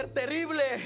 terrible